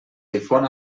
difon